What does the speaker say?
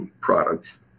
products